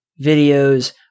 videos